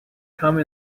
come